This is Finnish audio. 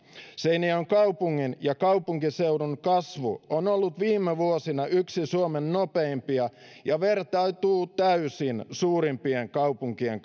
seinäjoen kaupungin ja kaupunkiseudun kasvu on ollut viime vuosina yksi suomen nopeimpia ja vertautuu täysin suurimpien kaupunkien